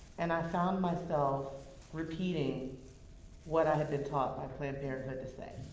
and i found myself repeating what i had been taught by planned parenthood to say.